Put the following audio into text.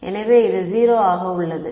மாணவர் எனவே இது 0 ஆக உள்ளது